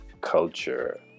culture